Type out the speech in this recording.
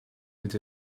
with